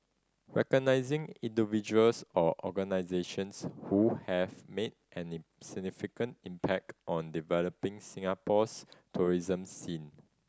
recognizing individuals or organisations who have made any significant impact on developing Singapore's tourism scene